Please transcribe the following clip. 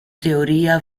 teoria